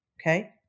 okay